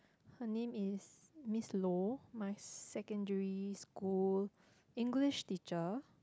her name is Miss Low my secondary school English teacher